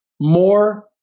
more